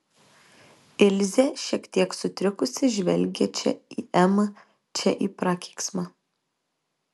ilzė šiek tiek sutrikusi žvelgė čia į emą čia į prakeiksmą